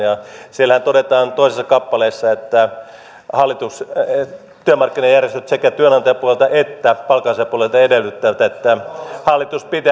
siellähän todetaan toisessa kappaleessa että työmarkkinajärjestöt sekä työnantajapuolelta että palkansaajapuolelta edellyttävät että hallitus